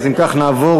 אם כך, נעבור